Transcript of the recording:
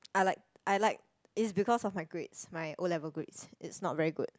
I like I like it is because of my grades my O-level grades it's not very good